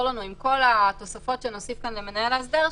לנו עם כל התוספות שנוסיף כאן למנהל ההסדר,